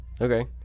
Okay